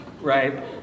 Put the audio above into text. right